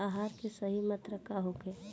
आहार के सही मात्रा का होखे?